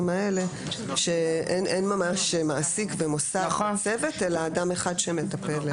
האלה שאין ממש מעסיק במוסד כצוות אלא אדם אחד שמטפל.